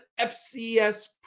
FCS